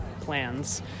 plans